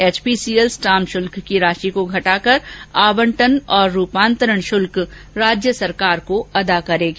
HPCL stamp शुल्क की राशि को घटाकर आंवटन और रूपांतरण शुल्क राज्य सरकार को अदा करेगी